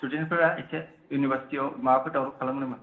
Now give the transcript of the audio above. स्थुडेनफ्रा एसे इउनिभारसिटियाव माबाफोर दावराव खालामो नामा